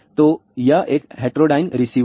तो यह एक हेट्रोडाइन रिसीवर है